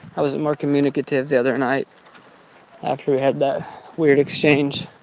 i wasn't more communicative the other night after we had that weird exchange.